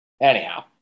Anyhow